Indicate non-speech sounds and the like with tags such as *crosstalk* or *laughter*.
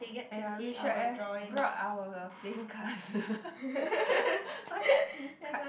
!aiya! we should have brought our play cards *laughs* card